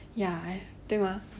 ya 对吗